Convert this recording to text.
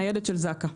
ניידת של זק"א.